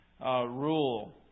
rule